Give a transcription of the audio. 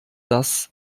das